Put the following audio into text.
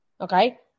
Okay